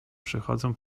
przechodzą